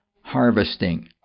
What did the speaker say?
harvesting